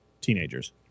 teenagers